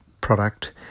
product